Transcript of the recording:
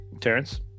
Terrence